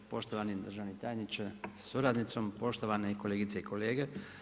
Poštovani državni tajniče sa suradnicom, poštovane kolegice i kolege.